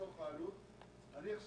אני יודע